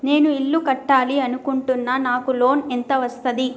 నేను ఇల్లు కట్టాలి అనుకుంటున్నా? నాకు లోన్ ఎంత వస్తది?